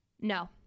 No